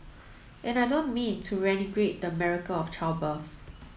and I don't mean to the miracle of childbirth